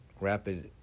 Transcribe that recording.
Rapid